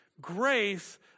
grace